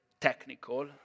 technical